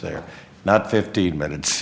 they're not fifteen minutes